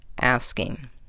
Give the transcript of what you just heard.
asking